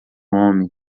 homem